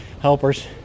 helpers